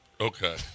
Okay